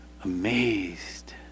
amazed